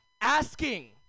asking